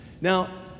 Now